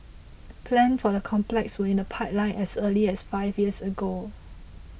plans for the complex were in the pipeline as early as five years ago